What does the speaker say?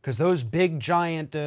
because those big giant, ah